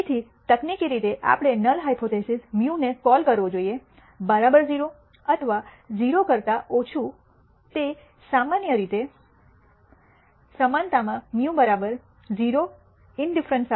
તેથી તકનીકી રીતે આપણે નલ હાયપોથીસિસ μ ને કોલ કરવો જોઈએ 0 અથવા 0 કરતા ઓછું તે સામાન્ય રીતે સમાનતામાં μ 0 ઇંનડિફરેન્સ સાથે